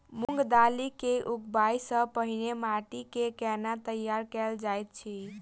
मूंग दालि केँ उगबाई सँ पहिने माटि केँ कोना तैयार कैल जाइत अछि?